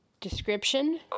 description